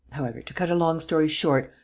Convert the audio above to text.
however, to cut a long story short,